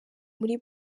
muri